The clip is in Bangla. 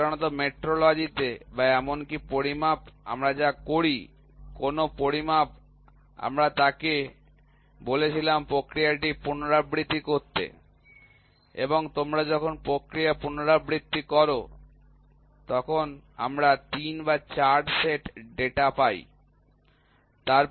সাধারণত মেট্রোলজি তে বা এমনকি পরিমাপ আমরা যা করি কোনও পরিমাপ আমরা তাকে বলেছিলাম প্রক্রিয়া টি পুনরাবৃত্তি করতে এবং তোমরা যখন প্রক্রিয়া পুনরাবৃত্তি কর তখন আমরা ৩ বা ৪ সেট ডেটা পাই